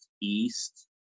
east